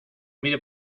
mide